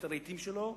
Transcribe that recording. את הרהיטים שלו,